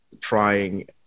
trying